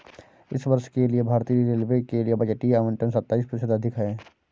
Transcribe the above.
इस वर्ष के लिए भारतीय रेलवे के लिए बजटीय आवंटन सत्ताईस प्रतिशत अधिक है